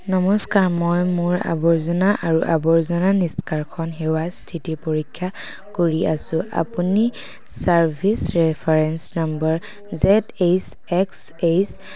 নমস্কাৰ মই মোৰ আৱৰ্জনা আৰু আৱৰ্জনা নিষ্কাশন সেৱাৰ স্থিতি পৰীক্ষা কৰি আছোঁ আপুনি service reference number Z H X H